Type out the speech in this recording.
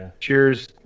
cheers